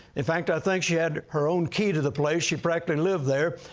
in fact, i think she had her own key to the place. she practically lived there.